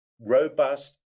robust